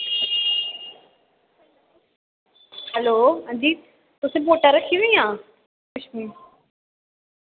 hello हां जी तुसें बोटां रक्खी दियां